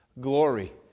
Glory